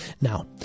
Now